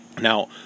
Now